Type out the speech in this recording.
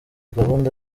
gahunda